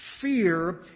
fear